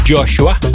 Joshua